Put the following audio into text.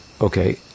okay